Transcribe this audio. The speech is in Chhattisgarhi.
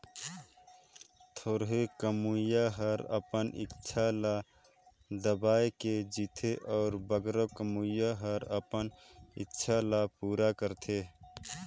थोरहें कमोइया हर अपन इक्छा ल दबाए के जीथे अउ बगरा कमोइया हर अपन इक्छा ल पूरा करथे